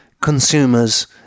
consumers